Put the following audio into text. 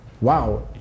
wow